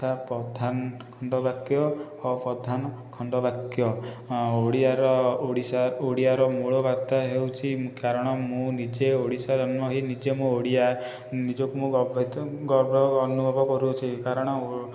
ଯଥା ପ୍ରଧାନ ଖଣ୍ଡବାକ୍ୟ ଅପ୍ରଧାନ ଖଣ୍ଡବାକ୍ୟ ଓଡ଼ିଆର ଓଡିଶା ଓଡ଼ିଆର ମୂଳ ବାର୍ତ୍ତା ହେଉଛି କାରଣ ମୁଁ ନିଜେ ଓଡ଼ିଶା ଜନ୍ମ ହୋଇ ନିଜେ ମୁଁ ଓଡ଼ିଆ ନିଜକୁ ମୁଁ ଗର୍ବିତ ଗର୍ବ ଅନୁଭବ କରୁଅଛି କାରଣ